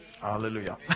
Hallelujah